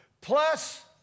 plus